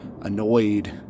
annoyed